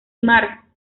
mar